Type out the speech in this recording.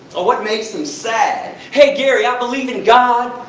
or what makes them sad. hey, gary, i believe in god!